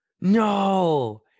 No